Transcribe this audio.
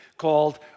called